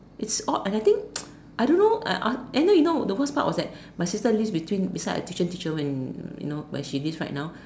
it's odd and I think I don't know and then you know the worst part was that my sister lives between beside her tuition teacher where she lives right now